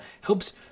helps